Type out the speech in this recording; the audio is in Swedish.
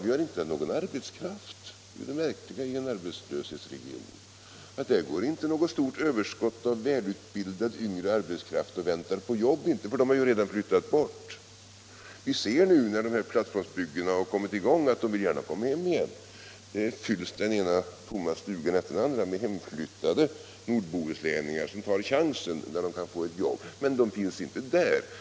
Vi har inte någon arbetskraft. Det är det märkliga i en arbetslöshetsregion: det går inte något stort överskott av välutbildad yngre arbetskraft och väntar på jobb. De har redan flyttat bort. Vi ser nu, när plattformsbyggena kommit i gång, att de gärna vill komma hem igen. Den ena tomma stugan efter den andra fylls med hemflyttade nordbohuslänningar som tar chansen när de kan få ett jobb, men de finns inte där.